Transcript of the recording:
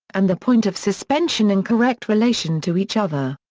and the point of suspension in correct relation to each other.